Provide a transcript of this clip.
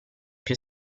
più